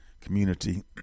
community